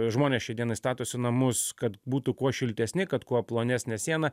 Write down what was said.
žmonės šiai dienai statosi namus kad būtų kuo šiltesni kad kuo plonesnė siena